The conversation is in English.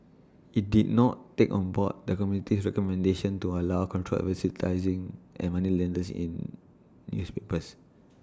IT did not take on board the committee's recommendation to allow controlled advertising an moneylenders in newspapers